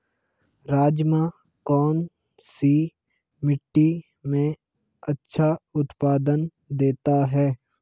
राजमा कौन सी मिट्टी में अच्छा उत्पादन देता है?